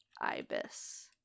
ibis